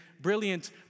brilliant